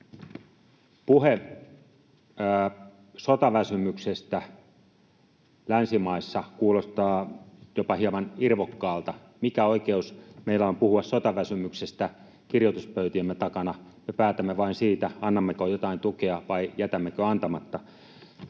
Puhe sotaväsymyksestä länsimaissa kuulostaa jopa hieman irvokkaalta. Mikä oikeus meillä on puhua sotaväsymyksestä kirjoituspöytiemme takana? Me päätämme vain siitä, annammeko jotain tukea vai jätämmekö antamatta.